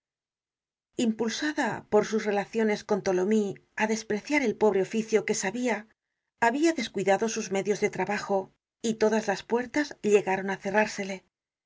impulsada por sus relaciones con tholomyes á despreciar el pobre oficio que sabia habia descuidado sus medios de trabajo y todas las puertas llegaron á cerrársele no